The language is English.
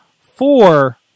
four